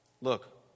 Look